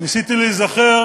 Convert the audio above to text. ניסיתי להיזכר